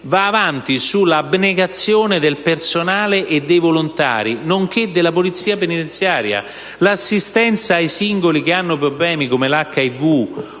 va avanti sull'abnegazione del personale, dei volontari nonché della Polizia penitenziaria; l'assistenza ai singoli che hanno problemi, come l'HIV